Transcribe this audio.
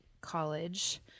college